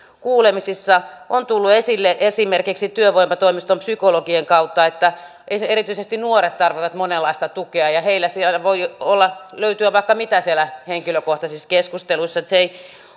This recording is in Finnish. kuulemisissa on tullut esille esimerkiksi työvoimatoimiston psykologien kautta että erityisesti nuoret tarvitsevat monenlaista tukea ja heiltä voi löytyä vaikka mitä siellä henkilökohtaisissa keskusteluissa niin että se ei